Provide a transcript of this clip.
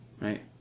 right